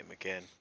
again